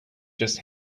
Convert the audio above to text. just